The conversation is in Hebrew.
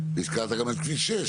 והזכרת גם את כביש 6,